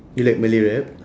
you like malay rap